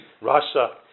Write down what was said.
Russia